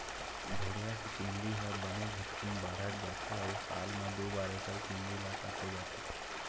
भेड़िया के चूंदी ह बने झटकुन बाढ़त जाथे अउ साल म दू बार एकर चूंदी ल काटे जाथे